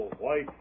White